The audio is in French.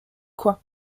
quoi